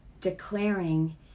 declaring